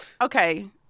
okay